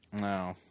No